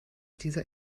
dieser